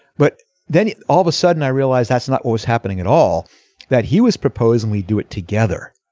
but then all of a sudden i realized that's not what was happening at all that he was proposing we do it together.